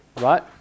right